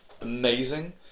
amazing